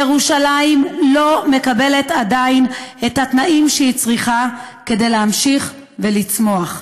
ירושלים עדיין לא מקבלת את התנאים שהיא צריכה כדי להמשיך לצמוח.